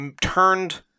turned